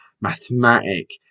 mathematic